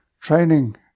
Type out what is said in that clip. Training